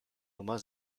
nummer